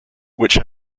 which